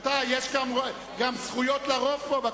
רבותי, יש זכויות גם לרוב פה בכנסת.